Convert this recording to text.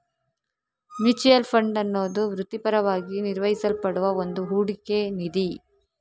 mutual fund ಅನ್ನುದು ವೃತ್ತಿಪರವಾಗಿ ನಿರ್ವಹಿಸಲ್ಪಡುವ ಒಂದು ಹೂಡಿಕೆ ನಿಧಿ